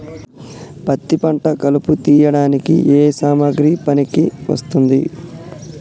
పత్తి పంట కలుపు తీయడానికి ఏ సామాగ్రి పనికి వస్తుంది?